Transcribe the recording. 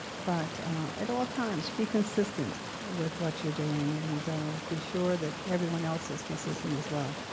but at all times, be consistent with what you're doing, and be sure that everyone else is consistent as well.